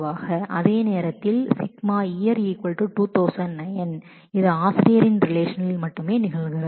அதே நேரத்தில் σyear 2009 இது ஆசிரியரின் ரிலேஷநலில் மட்டுமே நிகழ்கிறது